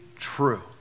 true